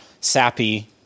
sappy